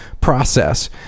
process